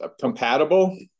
compatible